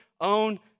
own